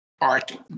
art